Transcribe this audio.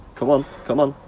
come on, come on,